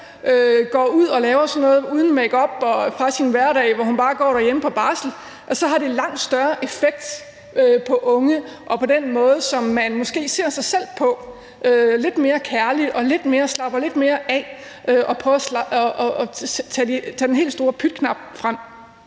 går ud og laver noget uden makeup fra sin hverdag, hvor hun bare går derhjemme på barsel, så har det langt større effekt på unge og på den måde, som de måske ser sig selv på, sådan at det bliver lidt mere kærligt og de slapper lidt mere af og prøver at tage den helt store pytknap frem.